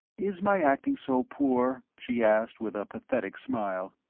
is my acting so poor? she asked, with a pathetic smile.